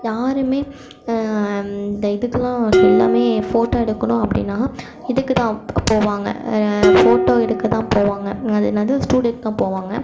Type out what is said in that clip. யாரும் இந்த இதுக்கெல்லாம் எல்லாமேம் ஃபோட்டோ எடுக்கணும் அப்படின்னா இதுக்கு தான் போவாங்க ஃபோட்டோ எடுக்க தான் போவாங்க அது என்னது ஸ்டூடியோவுக்கு தான் போவாங்க